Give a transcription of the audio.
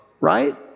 right